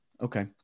Okay